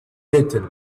little